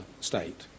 state